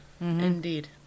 indeed